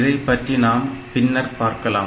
இதைப்பற்றி நாம் பின்னர் பார்க்கலாம்